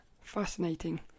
fascinating